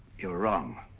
you're wrong.